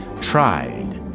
tried